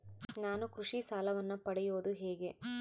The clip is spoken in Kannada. ನಾನು ಕೃಷಿ ಸಾಲವನ್ನು ಪಡೆಯೋದು ಹೇಗೆ?